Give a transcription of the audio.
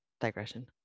digression